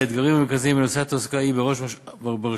האתגרים המרכזיים בנושא התעסוקה הם בראש ובראשונה